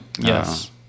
Yes